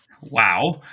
Wow